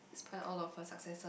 inspired all of her successors